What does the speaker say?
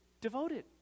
devoted